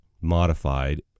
modified